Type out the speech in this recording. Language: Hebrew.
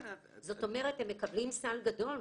זאת אומרת, הם מקבלים סל גדול.